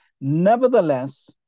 Nevertheless